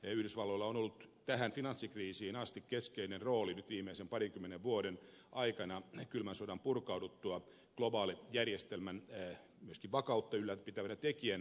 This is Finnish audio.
yhdysvalloilla on ollut tähän finanssikriisiin asti keskeinen rooli nyt viimeisen parinkymmenen vuoden aikana kylmän sodan purkauduttua myöskin globaalin järjestelmän vakautta ylläpitävänä tekijänä